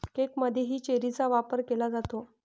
केकमध्येही चेरीचा वापर केला जातो